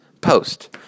post